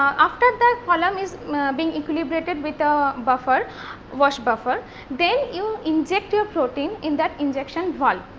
um after the column is being equilibrated with a buffer wash buffer then you inject your protein in that injection valve.